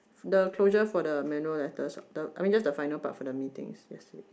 the closure for the manual letters what the I mean just the final part for meeting that's it